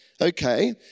Okay